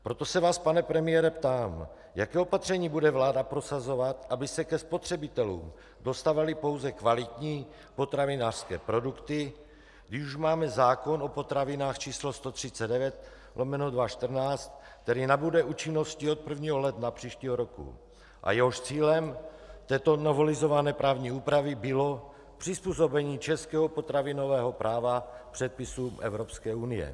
Proto se vás, pane premiére, ptám, jaká opatření bude vláda prosazovat, aby se ke spotřebitelům dostávaly pouze kvalitní potravinářské produkty, když už máme zákon o potravinách číslo 139/2014 Sb., který nabude účinnosti od 1. ledna příštího roku, a jehož cílem této novelizované právní úpravy bylo přizpůsobení českého potravinového práva předpisům Evropské unie.